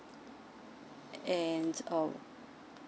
and and uh